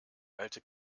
alte